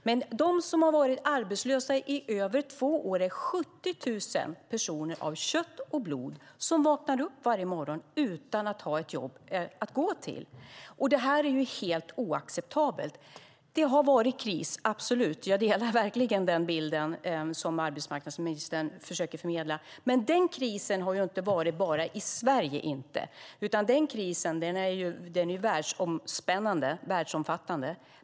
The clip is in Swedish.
Men de som har varit arbetslösa i över två år är 70 000 personer av kött av blod som vaknar upp varje morgon utan att ha ett jobb att gå till. Det är ju helt oacceptabelt. Det har varit kris, absolut - jag delar verkligen den bild som arbetsmarknadsministern försöker förmedla. Men den krisen har ju inte varit bara i Sverige, utan den krisen är världsomfattande.